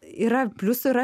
yra pliusų yra